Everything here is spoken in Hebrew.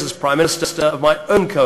הלחץ הבין-לאומי צריך להימשך ביתר שאת גם כלפי